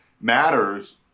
matters